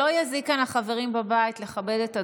לא יזיק לחברים בבית לכבד את הדוברים.